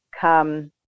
come